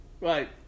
right